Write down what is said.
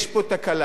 יש פה תקלה.